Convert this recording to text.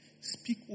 speak